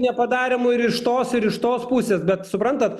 nepadarymo ir iš tos ir iš tos pusės bet suprantat